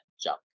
jump